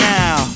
now